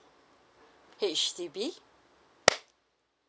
H_D_B